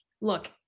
look